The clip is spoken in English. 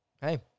hey